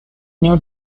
new